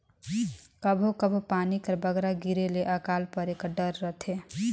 कभों कभों पानी कर बगरा गिरे ले अकाल परे कर डर रहथे